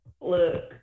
look